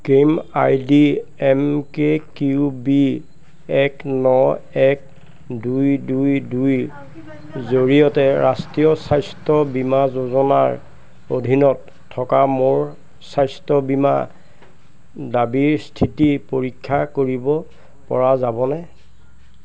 claim I D M K Q B এক ন এক দুই দুই দুইৰ জৰিয়তে ৰাষ্ট্ৰীয় স্বাস্থ্য বীমা যোজনাৰ অধীনত থকা মোৰ স্বাস্থ্য বীমা দাবীৰ স্থিতি পৰীক্ষা কৰিব পৰা যাবনে